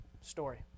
story